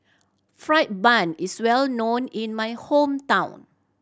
fried bun is well known in my hometown